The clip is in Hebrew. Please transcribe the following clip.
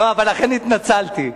לכן התנצלתי.